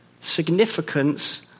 significance